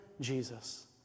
Jesus